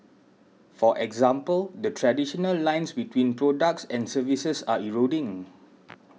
for example the traditional lines between products and services are eroding